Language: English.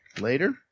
later